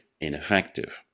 ineffective